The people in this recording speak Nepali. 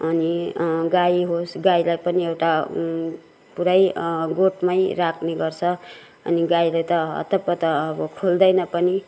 अनि गाई होस् गाईलाई पनि एउटा पुरै गोठमै राख्ने गर्छ अनि गाईलाई त हत्तपत्त अब खोल्दैन पनि